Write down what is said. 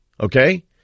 Okay